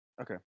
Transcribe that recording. Okay